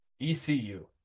ECU